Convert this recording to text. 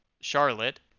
Charlotte